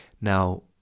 now